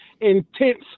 intense